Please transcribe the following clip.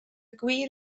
gwir